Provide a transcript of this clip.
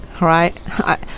right